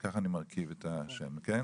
ככה אני מרכיב את השם, כן?